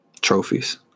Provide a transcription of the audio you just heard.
Trophies